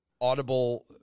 audible